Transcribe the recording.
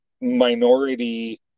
minority